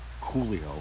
Coolio